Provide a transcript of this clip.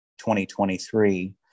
2023